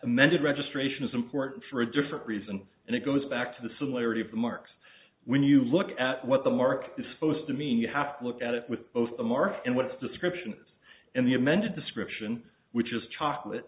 amended registration is important for a different reason and it goes back to the similarity of remarks when you look at what the mark is supposed to mean you have to look at it with both a mark and what description is in the amended description which is chocolate